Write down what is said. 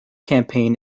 campaign